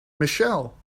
michelle